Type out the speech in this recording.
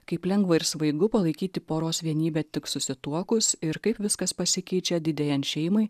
kaip lengva ir svaigu palaikyti poros vienybę tik susituokus ir kaip viskas pasikeičia didėjant šeimai